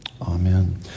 Amen